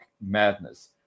madness